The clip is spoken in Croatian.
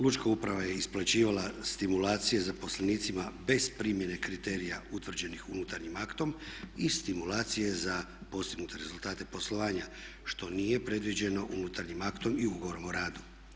Lučka uprava je isplaćivala stimulacije zaposlenicima bez primjene kriterija utvrđenih unutarnjim aktom i stimulacije za postignute rezultate poslovanja što nije predviđeno unutarnjim aktom i ugovorom o radu.